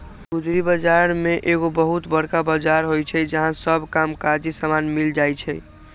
गुदरी बजार में एगो बहुत बरका बजार होइ छइ जहा सब काम काजी समान मिल जाइ छइ